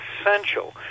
essential